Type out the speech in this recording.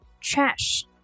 trash